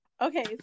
Okay